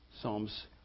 Psalms